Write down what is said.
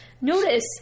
notice